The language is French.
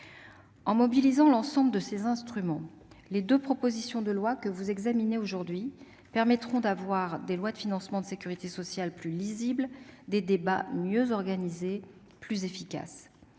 En mobilisant l'ensemble de ces instruments, les deux textes que vous examinez aujourd'hui permettront de rédiger des lois de financement de la sécurité sociale plus lisibles, ainsi que des débats mieux organisés et plus efficaces.